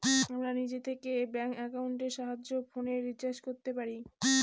আমরা নিজে থেকে ব্যাঙ্ক একাউন্টের সাহায্যে ফোনের রিচার্জ করতে পারি